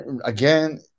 Again